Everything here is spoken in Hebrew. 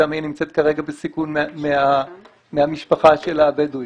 שם היא נמצאת כרגע בסיכון מהמשפחה שלה הבדואית,